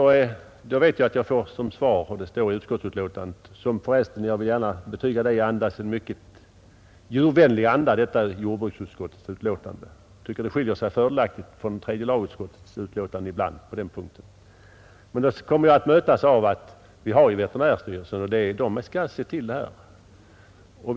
Jag vet mycket väl att jag då får som svar — det står också i jordbruksutskottets betänkande, som för övrigt är skrivet i en mycket djurvänlig anda, det vill jag betyga; i det avseendet skiljer det sig fördelaktigt från det tidigare tredje lagutskottets utlåtanden — att vi ju har veterinärstyrelsen. Där skall man se till dessa frågor.